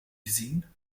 gezien